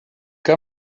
que